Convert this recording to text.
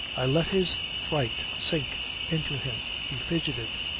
i let his fright sink into him. he fidgeted.